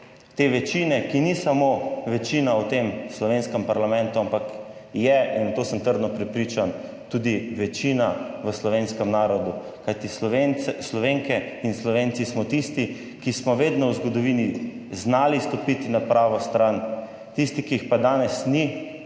te večine, ki ni samo večina v tem slovenskem parlamentu, ampak je, in to sem trdno prepričan, tudi večina v slovenskem narodu. Kajti slovenke in Slovenci smo tisti, ki smo vedno v zgodovini znali stopiti na pravo stran. Tisti, ki jih pa danes ni